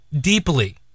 deeply